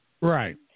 Right